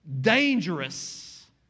dangerous